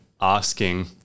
asking